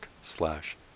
slash